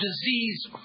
disease